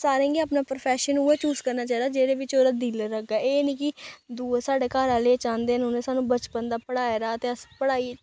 सारें गी अपना प्रोफैशन उ'ऐ चूज करना चाहिदा जेह्दे बिच्च ओहदा दिल लग्गे एह् निं कि दूआ साढ़े घर आह्ले एह् चांह्दे न उ'नें सानूं बचपन दा पढ़ाए दा ते अस पढ़ाई